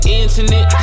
internet